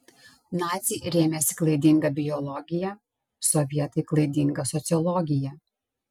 naciai rėmėsi klaidinga biologija sovietai klaidinga sociologija